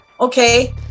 Okay